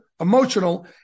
emotional